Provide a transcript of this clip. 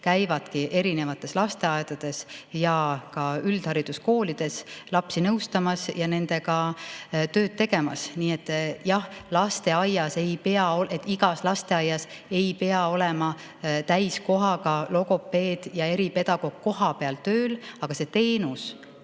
omavalitsuses eri lasteaedades ja ka üldhariduskoolides lapsi nõustamas ja nendega tööd tegemas. Nii et jah, igas lasteaias ei pea olema täiskohaga logopeed ja eripedagoog kohapeal tööl, aga see teenus